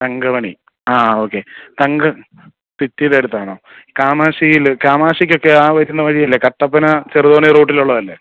തങ്കമണി ആ ഓക്കേ തങ്ക സിറ്റിടെ അടുത്താണോ കാമാഷിയിൽ കാമാക്ഷിക്കൊക്കെ ആ വരുന്ന വഴിയിലല്ലേ കട്ടപ്പന ചെറുതോണി റോട്ടിലുള്ളതല്ലേ